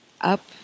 up